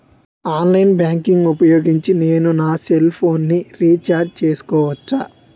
Online banking ఊపోయోగించి నేను నా సెల్ ఫోను ని రీఛార్జ్ చేసుకోవచ్చా?